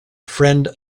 friend